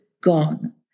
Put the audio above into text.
gone